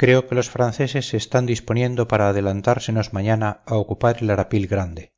creo que los franceses se están disponiendo para adelantársenos mañana a ocupar el arapil grande